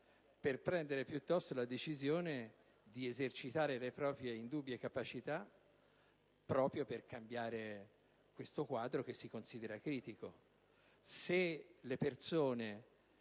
per prendere piuttosto ciascuno la decisione di esercitare le proprie indubbie capacità proprio per cambiare questo quadro che si considera critico.